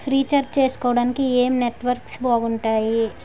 Recharge చేసుకోవటానికి ఏం network బాగుంది?